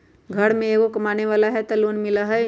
घर में एगो कमानेवाला के भी लोन मिलहई?